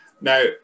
Now